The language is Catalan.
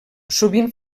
sovint